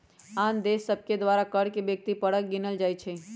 आन देश सभके द्वारा कर के व्यक्ति परक गिनल जाइ छइ